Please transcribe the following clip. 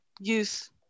use